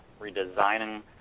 redesigning